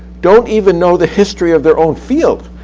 don't even know the history of their own field.